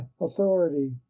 authority